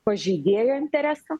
pažeidėjo interesą